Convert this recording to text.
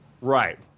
Right